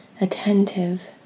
attentive